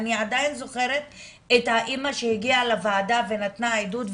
אני עדיין זוכרת את האימא שהגיעה לוועדה ונתנה עדות,